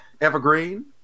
evergreen